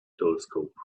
telescope